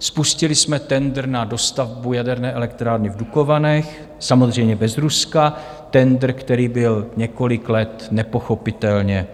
Spustili jsme tendr na dostavbu jaderné elektrárny v Dukovanech, samozřejmě bez Ruska, tendr, který byl několik let nepochopitelně